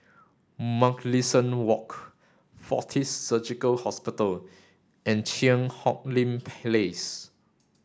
Mugliston Walk Fortis Surgical Hospital and Cheang Hong Lim Place